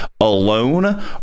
alone